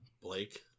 blake